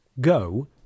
go